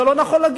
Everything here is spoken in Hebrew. זה לא נכון להגיד.